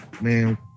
Man